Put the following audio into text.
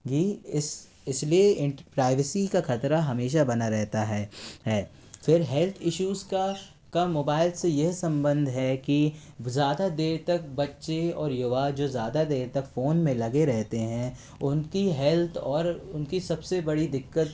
इसलिए प्राइवेसी का खतरा हमेशा बना रहता है है फिर हेल्थ इशूज का का मोबाईल से यह संबंध है की ज़्यादा देर तक बच्चे और युवा जो ज़्यादा देर तक फोन में लगे रहते हैं उनकी हेल्थ और उनकी सबसे बड़ी दिक्कत